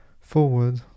forward